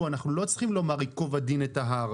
אנחנו לא צריכים לומר ייקוב הדין את ההר,